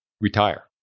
retire